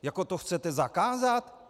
Jako to chcete zakázat?